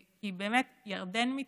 כי באמת ירדן מתייבשת.